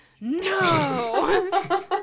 no